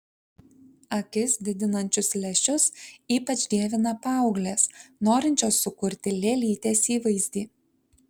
akis didinančius lęšius ypač dievina paauglės norinčios sukurti lėlytės įvaizdį